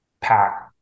pack